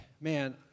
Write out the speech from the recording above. man